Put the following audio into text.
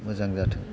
मोजां जाथों